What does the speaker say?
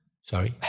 Sorry